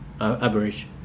average